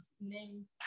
name